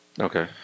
Okay